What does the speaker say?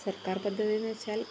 സർക്കാർ പദ്ധതി എന്നുവച്ചാൽ